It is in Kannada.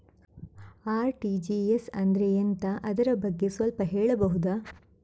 ಆರ್.ಟಿ.ಜಿ.ಎಸ್ ಅಂದ್ರೆ ಎಂತ ಅದರ ಬಗ್ಗೆ ಸ್ವಲ್ಪ ಹೇಳಬಹುದ?